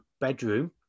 bedroom